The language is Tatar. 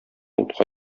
утка